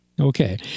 Okay